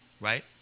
right